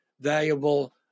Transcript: valuable